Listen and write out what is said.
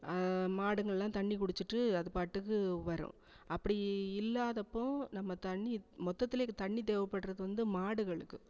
மாடுங்கள்லாம் தண்ணி குடிச்சிட்டு அது பாட்டுக்கு வரும் அப்படி இல்லாதப்போ நம்ம தண்ணி மொத்தத்திலே இது தண்ணி தேவைப்பட்றது வந்து மாடுகளுக்கு